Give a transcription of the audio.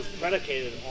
predicated